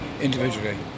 individually